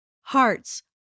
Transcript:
Hearts